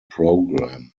program